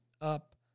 up